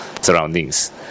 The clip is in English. surroundings